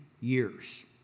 years